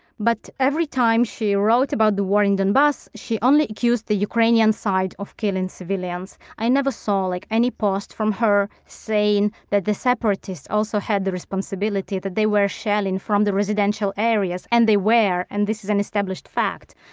but every time she wrote about the war in donbass, she only accused the ukrainian side of killing civilians. i never saw like any post from her saying that the separatists also had the responsibility, that they were shelling from the residential areas. and they were. and this is an established fact.